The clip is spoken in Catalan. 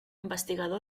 investigador